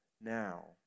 now